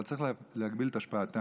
אבל צריך להגביל את השפעתם.